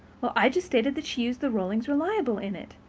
well, i just stated that she used the rollings reliable in it,